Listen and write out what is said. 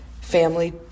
family